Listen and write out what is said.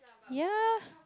ye